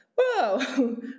whoa